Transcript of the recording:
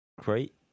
great